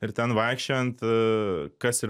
ir ten vaikščiojant kas ir